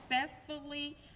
successfully